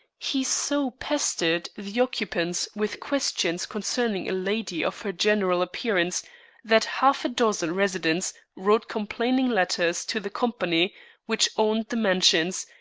he so pestered the occupants with questions concerning a lady of her general appearance that half-a-dozen residents wrote complaining letters to the company which owned the mansions,